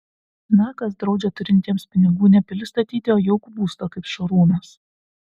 na kas draudžia turintiems pinigų ne pilį statyti o jaukų būstą kaip šarūnas